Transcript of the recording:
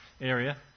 area